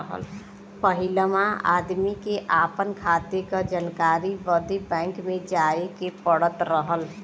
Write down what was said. पहिलवा आदमी के आपन खाते क जानकारी बदे बैंक जाए क पड़त रहल